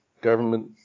government